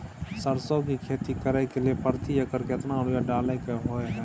सरसो की खेती करे के लिये प्रति एकर केतना यूरिया डालय के होय हय?